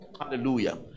Hallelujah